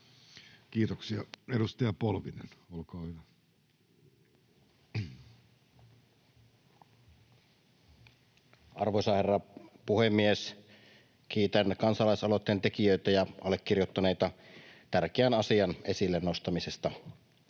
Time: 19:14 Content: Arvoisa herra puhemies! Kiitän kansalaisaloitteen tekijöitä ja allekirjoittaneita tärkeän asian esille nostamisesta.